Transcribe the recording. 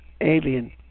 alien